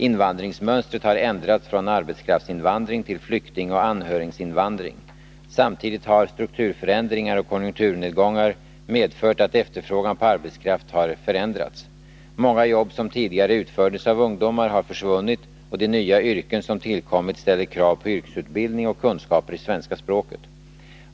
Invandringsmönstret har ändrats från arbetskraftsinvandring till flyktingoch anhöriginvandring. Samtidigt har strukturförändringar och konjunkturnedgångar medfört att efterfrågan på arbetskraft har förändrats. Många jobb som tidigare utfördes av ungdomar har försvunnit, och de nya yrken som tillkommit ställer krav på yrkesutbildning och kunskaper i svenska språket.